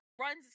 runs